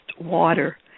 water